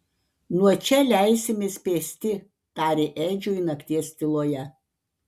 nuo čia leisimės pėsti tarė edžiui nakties tyloje